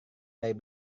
dari